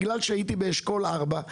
שבגלל שהייתי באשכול 4,